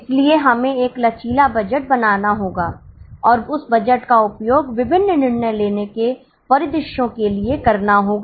इसलिए हमें एक लचीला बजट बनाना होगा और उस बजट का उपयोग विभिन्न निर्णय लेने के परिदृश्यों के लिए करना होगा